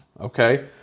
okay